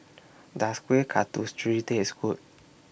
Does Kueh Katusri Taste Good